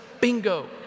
Bingo